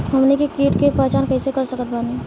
हमनी के कीट के पहचान कइसे कर सकत बानी?